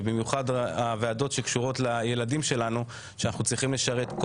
במיוחד הוועדות שקשורות לילדים שלנו וצריכות לשרת,